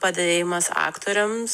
padėjimas aktoriams